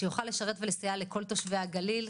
שיכול לתפקד ולסייע לכל תושבי הגליל,